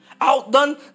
outdone